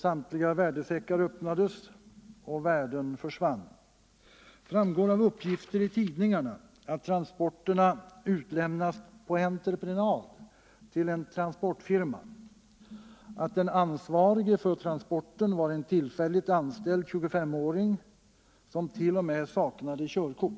Samtliga värdesäckar öppnades, och värden försvann. Det framgår av uppgifter i tidningarna att transporterna utlämnats på entreprenad till en transportfirma och att den ansvarige för transporten var en tillfälligt anställd 2S-åring, som t.o.m. saknade körkort.